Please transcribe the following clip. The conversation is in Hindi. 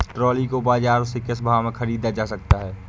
ट्रॉली को बाजार से किस भाव में ख़रीदा जा सकता है?